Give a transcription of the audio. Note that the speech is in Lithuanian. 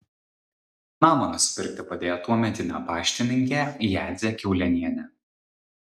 namą nusipirkti padėjo tuometinė paštininkė jadzė kiaulėnienė